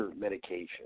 medication